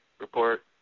report